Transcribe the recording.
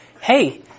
hey